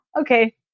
okay